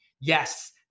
Yes